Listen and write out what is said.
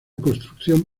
construcción